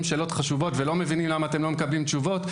שאלות חשובות ולא מבינים למה אתם לא מקבלים תשובות.